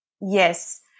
Yes